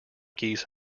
geese